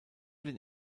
den